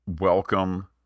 welcome